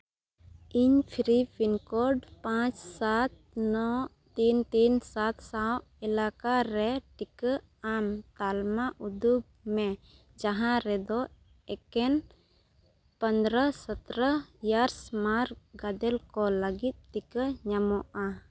ᱤᱧ ᱯᱷᱨᱤ pin code ᱯᱟᱸᱪ ᱥᱟᱛ ᱱᱚ ᱛᱤᱱ ᱛᱤᱱ ᱥᱟᱛ ᱥᱟᱶ ᱮᱞᱟᱠᱟ ᱨᱮ ᱴᱤᱠᱟᱹ ᱟᱢ ᱛᱟᱞᱢᱟ ᱩᱫᱩᱜᱽ ᱢᱮ ᱡᱟᱦᱟᱸ ᱨᱮᱫᱚ ᱮᱠᱮᱱ ᱯᱚᱸᱫᱽᱨᱚ ᱥᱚᱛᱨᱚ ᱮᱭᱟᱨᱥ ᱢᱟᱨᱠ ᱜᱟᱫᱮᱞ ᱠᱚ ᱞᱟᱹᱜᱤᱫ ᱴᱤᱠᱟᱹ ᱧᱟᱢᱚᱜᱼᱟ